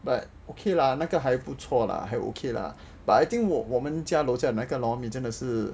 but okay lah 那个还不错啦还 okay lah but I think 我们家楼下那个 lor mee 真的是